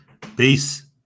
Peace